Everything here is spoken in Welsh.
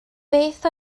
beth